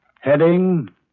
Heading